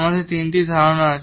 আমাদের তিনটি ধারণা আছে